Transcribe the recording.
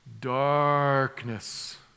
darkness